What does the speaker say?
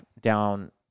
down